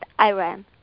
Iran